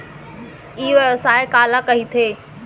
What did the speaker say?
ई व्यवसाय काला कहिथे?